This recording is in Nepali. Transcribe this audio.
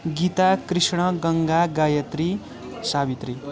गीता कृष्ण गङ्गा गायत्री सावित्री